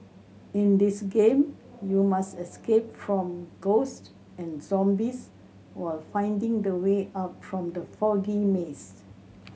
in this game you must escape from ghost and zombies while finding the way out from the foggy maze